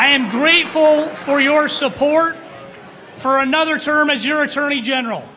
i am grateful for your support for another term as your attorney general